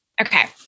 Okay